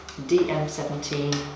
DM17